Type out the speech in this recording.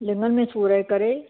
लिंङन में सूर जे करे